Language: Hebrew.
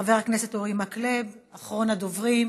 חבר הכנסת אורי מקלב, אחרון הדוברים.